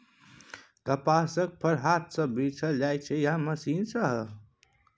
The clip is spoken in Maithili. कपासक फर हाथ सँ बीछल जाइ छै या मशीन सँ